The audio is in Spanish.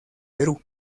perú